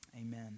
Amen